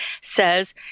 says